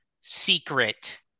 secret